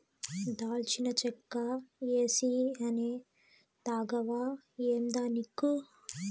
దాల్చిన చెక్క ఏసీ అనే తాగవా ఏందానిక్కు